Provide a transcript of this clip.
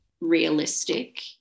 realistic